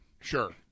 sure